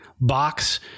Box